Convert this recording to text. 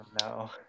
no